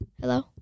Hello